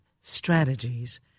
Strategies